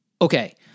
Okay